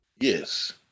Yes